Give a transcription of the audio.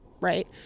right